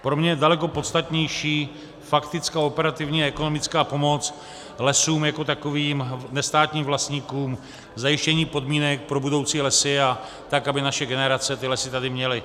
Pro mě je daleko podstatnější faktická operativní ekonomická pomoc lesům jako takovým, nestátním vlastníkům, zajištění podmínek pro budoucí lesy, tak aby naše generace lesy tady měly.